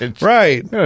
right